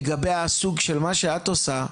לגבי הסוג של מה שאת עושה,